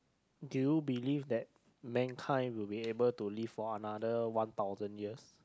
do you believe that mankind will be able to live for another one thousand years